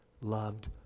loved